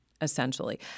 essentially